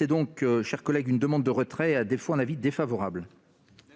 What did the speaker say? Demande de retrait ; à défaut, avis défavorable.